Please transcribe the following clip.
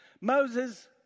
Moses